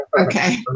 Okay